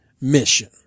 mission